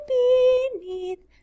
beneath